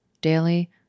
daily